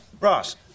Ross